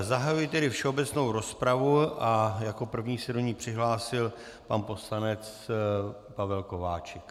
Zahajuji tedy všeobecnou rozpravu a jako první se do ní přihlásil pan poslanec Pavel Kováčik.